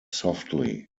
softly